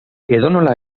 edonola